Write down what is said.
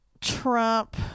Trump